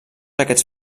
aquests